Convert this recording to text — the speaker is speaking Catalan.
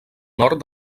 nord